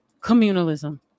Communalism